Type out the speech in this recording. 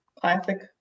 Classic